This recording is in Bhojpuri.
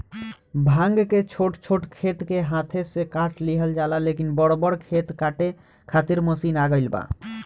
भांग के छोट छोट खेत के हाथे से काट लिहल जाला, लेकिन बड़ बड़ खेत काटे खातिर मशीन आ गईल बा